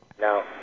No